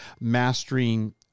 Mastering